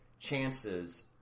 chances